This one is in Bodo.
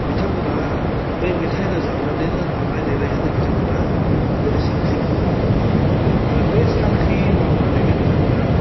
बिथांमोनहा बे मेथाइ रोजाबनानैनो दामनाय देनायजोंनो बिथांमोनहा दोनै साख्रि मावनो हादों आरो बे साख्रि मावनानैनो बिथांमोनहा